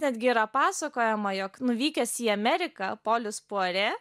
netgi yra pasakojama jog nuvykęs į ameriką polis puare